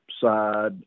side